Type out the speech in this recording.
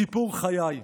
סיפור חיי".